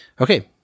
Okay